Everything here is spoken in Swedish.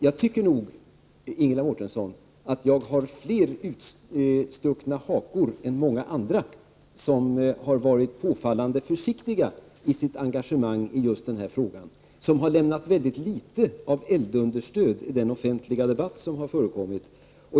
Jag tycker nog, Ingela Mårtensson, att jag har stuckit ut hakan mer än många andra, vilka har varit påfallande försiktiga i sitt engagemang för den här frågan. De har lämnat mycket litet eldunderstöd i den offentliga debatt som har förekommit.